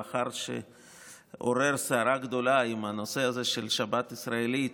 לאחר שעורר סערה גדולה עם הנושא הזה של שבת ישראלית,